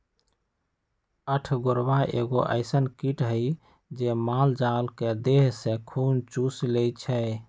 अठगोरबा एगो अइसन किट हइ जे माल जाल के देह से खुन चुस लेइ छइ